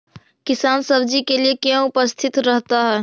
किसान सब्जी के लिए क्यों उपस्थित रहता है?